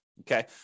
Okay